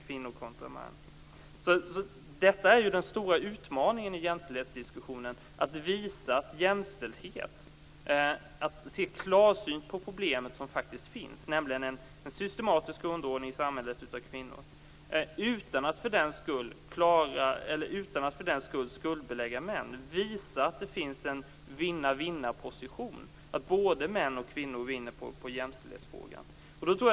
Att se klarsynt på de problem som finns är den stora utmaningen i jämställdhetsdiskussionen, dvs. en systematisk underordning av kvinnor i samhället. Utan att för den skull skuldbelägga män skall det gå att visa att det finns en vinna-vinna-position. Både män och kvinnor vinner på jämställdhetsdiskussionen.